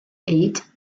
eight